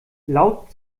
laut